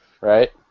right